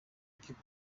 keep